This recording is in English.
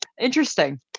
Interesting